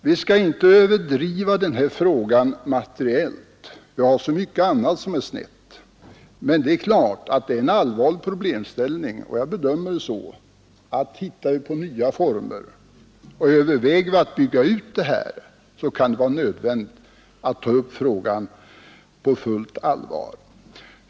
Vi skall inte överdriva denna fråga materiellt — vi har så mycket annat som är snett — men det är klart att det är en allvarlig problemställning. Jag bedömer det så att hittar vi på nya former och överväger att bygga ut dessa, kan det vara nödvändigt att ta upp frågan på fullt allvar.